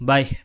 Bye